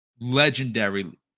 legendary